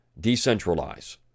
Decentralize